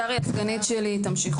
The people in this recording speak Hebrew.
שרי סגניתי תמשיך